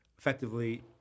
Effectively